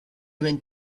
went